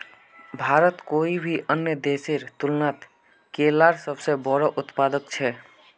भारत कोई भी अन्य देशेर तुलनात केलार सबसे बोड़ो उत्पादक छे